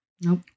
Nope